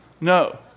No